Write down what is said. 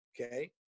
Okay